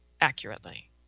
accurately